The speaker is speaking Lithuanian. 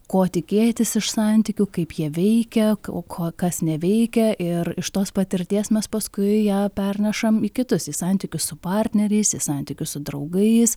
ko tikėtis iš santykių kaip jie veikia o ko kas neveikia ir iš tos patirties mes paskui ją pernešam į kitus į santykius su partneriais į santykius su draugais